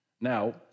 Now